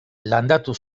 landatu